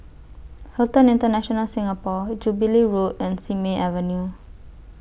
Hilton International Singapore Jubilee Road and Simei Avenue